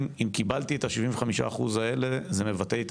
אם קיבלתי את ה-75% האלה זה מבטל לי את